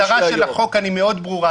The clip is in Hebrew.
המטרה של החוק כאן היא מאוד ברורה,